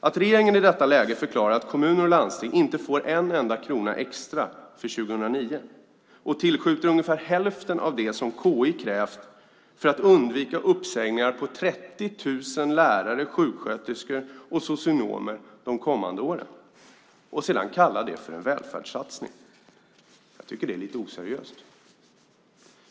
Att regeringen i detta läge förklarar att kommuner och landsting inte får en enda krona extra för år 2009 och tillskjuter ungefär hälften av det som KI krävt för att under de kommande åren undvika uppsägningar av 30 000 lärare, sjuksköterskor och socionomer och sedan kallar detta för en välfärdssatsning är, tycker jag, lite oseriöst.